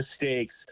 mistakes